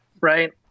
right